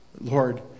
Lord